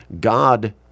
God